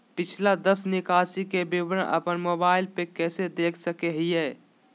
पिछला दस निकासी के विवरण अपन मोबाईल पे कैसे देख सके हियई?